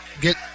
get